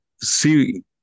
see